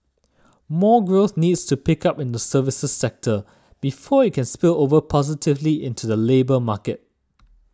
more growth needs to pick up in the services sector before it can spill over positively into the labour market